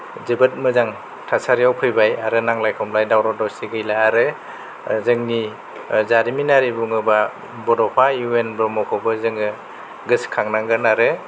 जोबोद मोजां थासारियाव फैबाय आरो नांलाय खमलाय दावराव दावसि गैला आरो ओ जोंनि जारिमिनारि बुङोबा बड'फा इउ एन ब्रह्मखौबो जोङो गोसोखांनांगोनानो